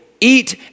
eat